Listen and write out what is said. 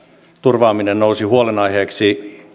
turvaaminen nousi huolenaiheeksi